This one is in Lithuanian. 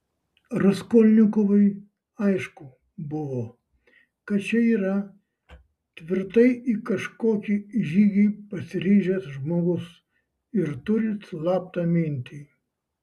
raskolnikovui aišku buvo kad čia yra tvirtai į kažkokį žygį pasiryžęs žmogus ir turi slaptą mintį